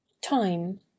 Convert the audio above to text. time